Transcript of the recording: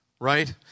right